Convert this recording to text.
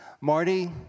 Marty